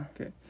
Okay